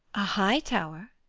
a high tower?